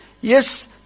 Yes